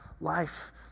life